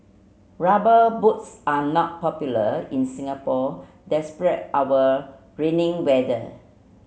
rubber boots are not popular in Singapore despite our rainy weather